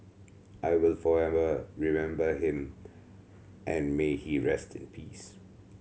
I will forever remember him and may he rest in peace